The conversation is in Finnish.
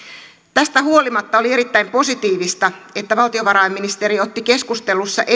tästä huolimatta oli erittäin positiivista että valtiovarainministeri otti keskustelussa